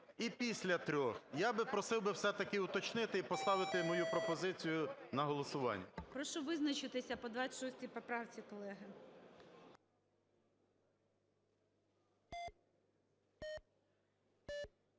і після 3-х. Я би просив би все-таки уточнити і поставити мою пропозицію на голосування. ГОЛОВУЮЧИЙ. Прошу визначитися по 26 поправці, колеги.